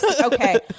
okay